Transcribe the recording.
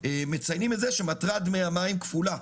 מציינים את זה שמטרת דמי המים כפולה: